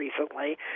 recently